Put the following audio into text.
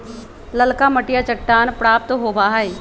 ललका मटिया चट्टान प्राप्त होबा हई